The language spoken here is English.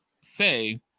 say